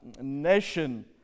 nation